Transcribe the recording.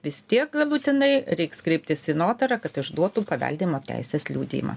vis tiek galutinai reiks kreiptis į notarą kad išduotų paveldėjimo teisės liudijimą